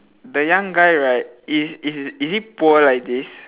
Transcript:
the young guy right is is he is he poor like this